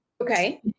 Okay